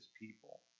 people